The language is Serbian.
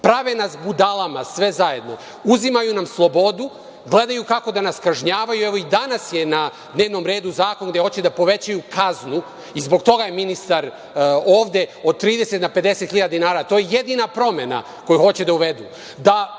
Prave nas budalama, sve zajedno. Uzimaju nam slobodu, gledaju kako da nas kažnjavaju. Evo, i danas je na dnevnom redu zakon gde hoće da povećaju kaznu i zbog toga je ministar ovde, od 30 na 50 hiljada dinara. To je jedina promena koju hoće da uvedu,